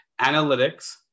analytics